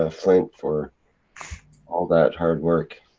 ah flint, for all that hard work.